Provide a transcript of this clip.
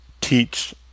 teach